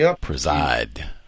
preside